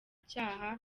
cyaha